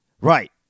Right